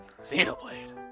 Xenoblade